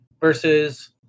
versus